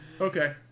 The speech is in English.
Okay